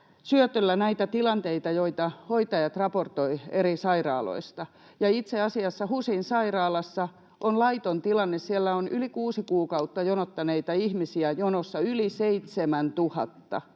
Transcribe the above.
syötöllä näitä tilanteita, joita hoitajat raportoivat eri sairaaloista. Ja itse asiassa HUSin sairaalassa on laiton tilanne: siellä on yli kuusi kuukautta jonottaneita ihmisiä jonossa yli 7 000.